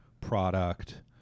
product